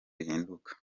bihinduka